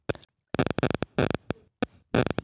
ತರಕಾರಿ ಸೊರಗು ರೋಗಕ್ಕೆ ಬೀಜೋಪಚಾರ ಮಾಡಿದ್ರೆ ಒಳ್ಳೆದಾ?